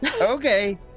Okay